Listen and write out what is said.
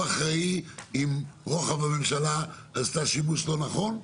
הוא אחראי אם רוחב הממשלה עשתה שימוש לא נכון?